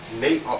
Nate